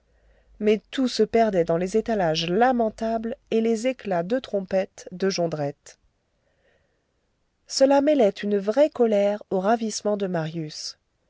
mais tout se perdait dans les étalages lamentables et les éclats de trompette de jondrette cela mêlait une vraie colère au ravissement de marius